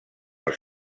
els